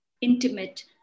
intimate